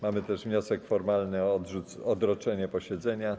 Mamy też wniosek formalny o odroczenie posiedzenia.